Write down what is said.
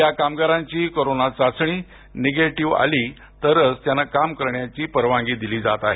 या कामगारांची कोरोना चाचणी निगेटिव्ह आली तरच त्यांना काम करण्याची परवानगी दिली जात आहे